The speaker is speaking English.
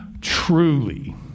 truly